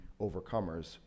overcomers